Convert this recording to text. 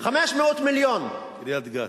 500 מיליון, קריית-גת.